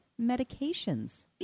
medications